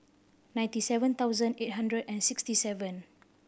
ninety seven thousand eight hundred and sixty seven